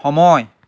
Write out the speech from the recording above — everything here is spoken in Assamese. সময়